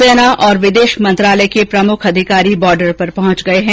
सेना और विदेश मंत्रालय के प्रमुख अधिकारी बॉर्डर पर पहंच गए हैं